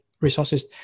resources